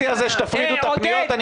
מציע שתפרידו את הפניות.